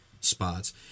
spots